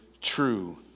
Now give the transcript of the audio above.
true